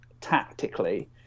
tactically